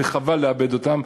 וחבל לאבד אותם.